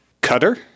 cutter